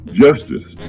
justice